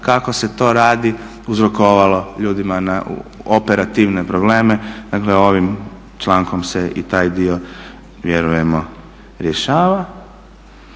kako se to radi uzrokovalo ljudima operativne probleme, dakle ovim člankom se i taj dio vjerujemo rješava.